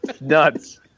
Nuts